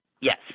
Yes